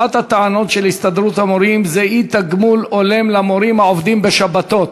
אחת הטענות של הסתדרות המורים היא אי-תגמול הולם למורים העובדים בשבתות.